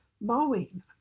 mowing